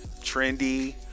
trendy